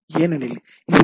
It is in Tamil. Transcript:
ஏனெனில் இது டி